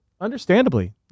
understandably